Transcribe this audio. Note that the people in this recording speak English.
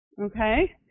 Okay